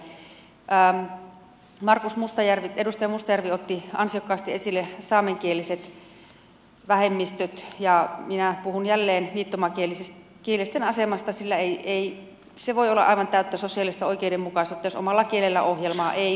edustaja markus mustajärvi otti ansiokkaasti esille saamenkieliset vähemmistöt ja minä puhun jälleen viittomakielisten asemasta sillä ei se voi olla aivan täyttä sosiaalista oikeudenmukaisuutta jos omalla kielellä ohjelmaa ei vain tule